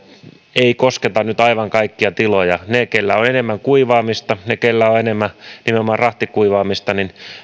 ei kosketa nyt aivan kaikkia tiloja ne keillä on enemmän kuivaamista ne keillä on enemmän nimenomaan rahtikuivaamista